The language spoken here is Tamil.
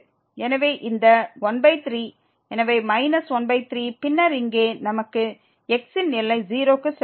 எனவே இந்த 13 எனவே மைனஸ் 13 பின்னர் இங்கே நமக்கு x ன் எல்லை 0 க்கு செல்கிறது x ஓவர் x2